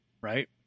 right